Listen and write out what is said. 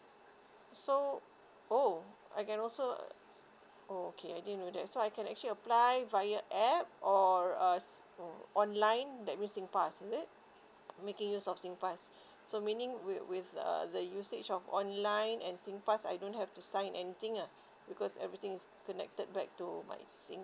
so oh I can also oh okay I didn't know that so I can actually apply via app or as~ mm online that use singpass is it making use of singpass so meaning with with err the usage of online and singpass I don't have to sign anything ah because everything is connected back to my sing